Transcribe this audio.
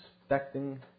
expecting